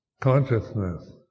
consciousness